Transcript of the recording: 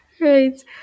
Right